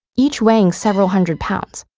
each weighing several hundred pounds,